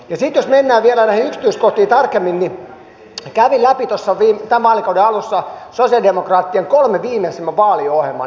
ja sitten jos mennään vielä näihin yksityiskohtiin tarkemmin niin kävin läpi tuossa tämän vaalikauden alussa sosialidemokraattien kolme viimeisintä vaaliohjelmaa